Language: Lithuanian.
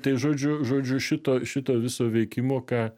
tai žodžiu žodžiu šito šito viso veikimo ką